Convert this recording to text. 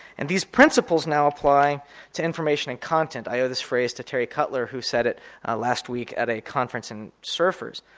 and these principles now apply to information and content. i owe this phrase to terry cutler who said it ah last week at a conference in surfers